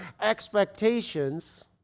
expectations